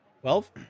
Twelve